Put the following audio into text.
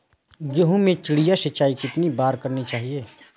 गेहूँ में चिड़िया सिंचाई कितनी बार करनी चाहिए?